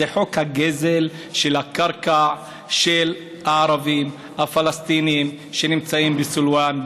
זה חוק הגזל של הקרקע של הערבים הפלסטינים שנמצאים בסילוואן,